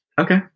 Okay